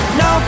no